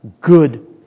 good